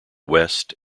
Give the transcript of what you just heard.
west